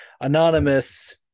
anonymous